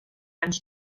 anys